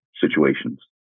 situations